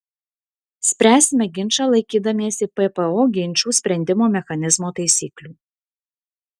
spręsime ginčą laikydamiesi ppo ginčų sprendimo mechanizmo taisyklių